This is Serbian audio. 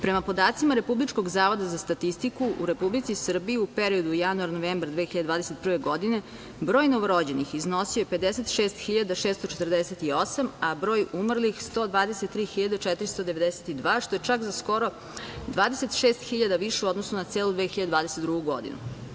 Prema podacima Republičkog zavoda za statistiku, u Republici Srbiji u periodu januar-novembar 2021. godine broj novorođenih iznosio je 56.648, a broj umrlih 123.492, što je čak za skoro 26.000 više u odnosu na celu 2020. godinu.